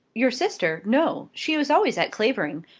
your sister? no. she is always at clavering.